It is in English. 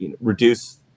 reduce